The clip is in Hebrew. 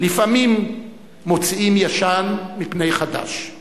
"לפעמים מוציאים ישן מפני חדש /